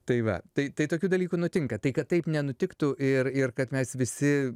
tai va tai tokių dalykų nutinka tai kad taip nenutiktų ir ir kad mes visi